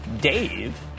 Dave